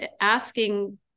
asking